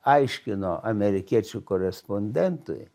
aiškino amerikiečių korespondentui